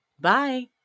Bye